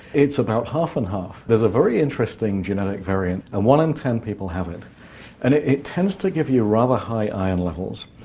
it's about half and half. there's a very interesting genetic variant and one in ten people have it and it it tends to give you rather high iron levels.